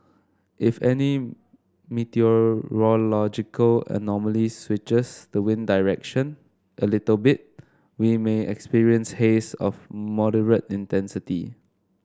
if any meteorological anomaly switches the wind direction a little bit we may experience haze of moderate intensity